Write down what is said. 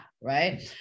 right